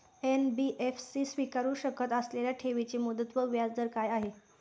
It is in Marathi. एन.बी.एफ.सी स्वीकारु शकत असलेल्या ठेवीची मुदत व व्याजदर काय आहे?